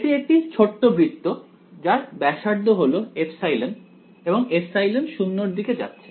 এটি একটি ছোট্ট বৃত্ত যার ব্যাসার্ধ হল ε এবং ε 0 এর দিকে যাচ্ছে